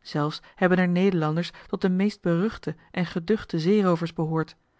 zelfs hebben er nederlanders tot de meest beruchte en geduchte zeeroovers behoord